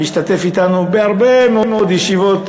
והוא השתתף אתנו בהרבה מאוד ישיבות,